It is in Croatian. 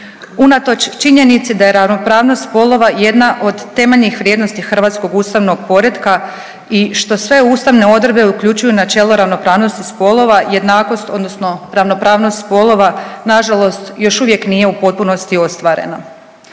Unatoč činjenici da je ravnopravnost spolova jedna od temeljnih vrijednosti hrvatskog ustavnog poretka i što sve ustavne odredbe uključuju načelo ravnopravnosti spolova, jednakost odnosno ravnopravnost spolova nažalost još uvijek nije u potpunosti ostvarena.